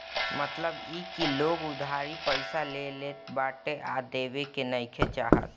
मतलब इ की लोग उधारी पईसा ले लेत बाटे आ देवे के नइखे चाहत